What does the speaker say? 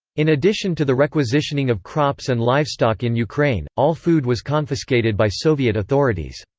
in addition to the requisitioning of crops and livestock in ukraine, all food was confiscated by soviet authorities.